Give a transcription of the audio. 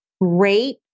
great